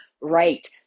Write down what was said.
right